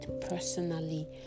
personally